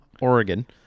Oregon